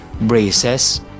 Braces